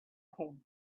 him